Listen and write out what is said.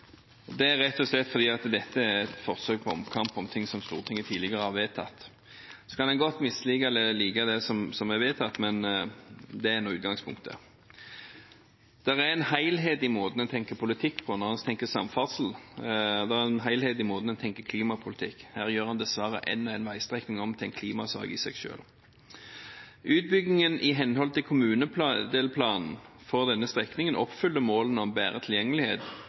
dette er rett og slett et forsøk på omkamp om ting som Stortinget tidligere har vedtatt. Så kan en godt mislike eller like det som er vedtatt, men det er nå utgangspunktet. Det er en helhet i måten en tenker politikk på når en tenker samferdsel. Det er en helhet i måten å tenke klimapolitikk på. Her gjøres dessverre en og en veistrekning om til en klimasak i seg selv. Utbyggingen i henhold til kommunedelplanen for denne strekningen oppfyller målene om bedre tilgjengelighet,